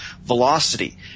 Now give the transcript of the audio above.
Velocity